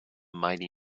mighty